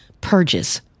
purges